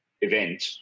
event